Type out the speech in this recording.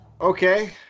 Okay